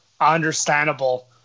Understandable